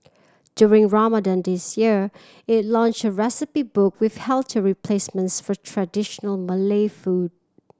during Ramadan this year it launched a recipe book with healthier replacements for traditional Malay food